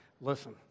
Listen